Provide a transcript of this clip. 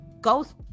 Ghost